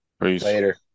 Later